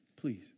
please